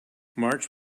march